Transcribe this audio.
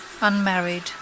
unmarried